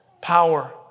power